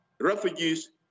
Refugees